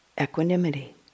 equanimity